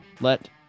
let